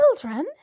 Children